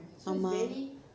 ஆமாம்:aamam